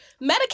Medicaid